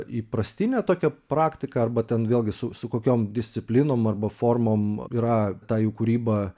įprastinę tokią praktiką arba ten vėlgi su su kokiom disciplinom arba formom yra ta jų kūryba